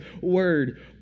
word